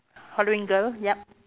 Halloween girl yup